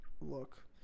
look